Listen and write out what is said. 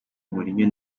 mourinho